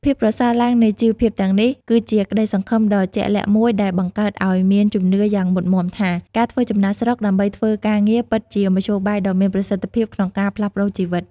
ភាពប្រសើរឡើងនៃជីវភាពទាំងនេះ គឺជាក្តីសង្ឃឹមដ៏ជាក់លាក់មួយដែលបង្កើតឱ្យមានជំនឿយ៉ាងមុតមាំថា ការធ្វើចំណាកស្រុកដើម្បីធ្វើការងារពិតជាមធ្យោបាយដ៏មានប្រសិទ្ធភាពក្នុងការផ្លាស់ប្តូរជីវិត។